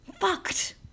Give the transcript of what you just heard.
Fucked